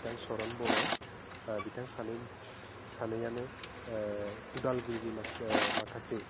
बिथां चरन बर' बिथां सानै सानैआनो अदालगुरिनि माखासे माखासे